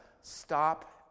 stop